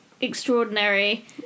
extraordinary